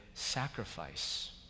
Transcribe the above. sacrifice